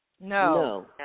No